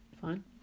Fine